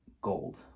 gold